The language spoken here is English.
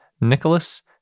Nicholas